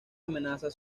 amenazas